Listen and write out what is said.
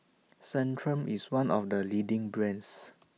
Centrum IS one of The leading brands